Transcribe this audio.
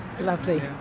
Lovely